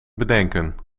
bedenken